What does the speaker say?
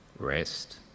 rest